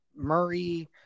Murray